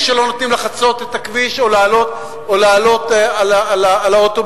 שלא נותנים לו לחצות את הכביש או לעלות על האוטובוס,